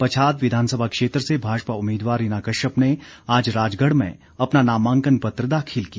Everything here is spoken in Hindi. पच्छाद विधानसभा क्षेत्र से भाजपा उम्मीदवार रीना कश्यप ने आज राजगढ़ में अपना नामांकन पत्र दाखिल किया